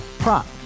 Prop